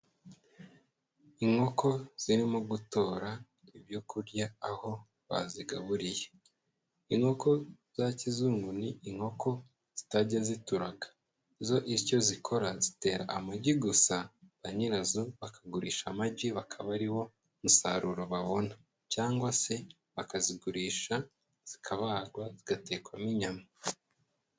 Inkoko zirimo gutora ibyo kurya aho bazigaburiye. Inkoko za kizungu ni inkoko zitajya zituraga, zo icyo zikora zitera amagi gusa ba nyirazo bakagurisha amagi bakaba ari wo musaruro babona, cyangwa se bakazigurisha zikabagwa zigatekwamo inyama.